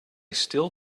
still